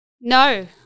No